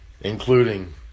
including